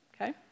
okay